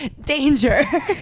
Danger